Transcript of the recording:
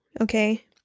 Okay